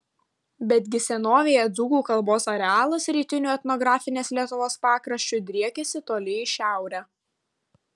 betgi senovėje dzūkų kalbos arealas rytiniu etnografinės lietuvos pakraščiu driekėsi toli į šiaurę